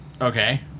Okay